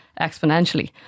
exponentially